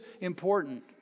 important